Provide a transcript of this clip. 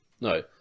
No